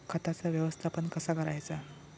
खताचा व्यवस्थापन कसा करायचा?